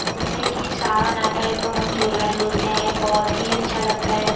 जैसे कि सावन आता है तो हम झूला झूलते हैं बहुत ही अच्छा लगता है